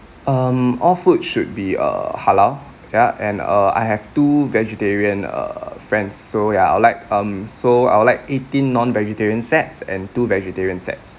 um all food should be uh halal yeah and uh I have two vegetarian uh friends so yeah I'd like um so I would like eighteen non vegetarian sets and two vegetarian sets